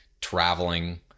traveling